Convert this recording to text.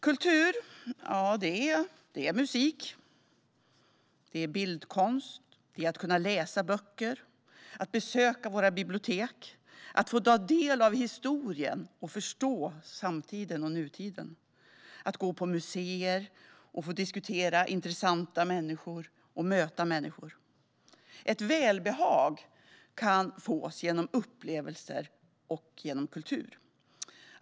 Kultur är musik, bildkonst, att läsa böcker, att besöka våra bibliotek, att få ta del av historien och att förstå samtiden och nutiden, att gå på museer, att få möta intressanta människor och att få diskutera med dem. Välbehag kan fås genom upplevelser och genom kultur.